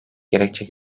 gerekçe